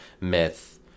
myth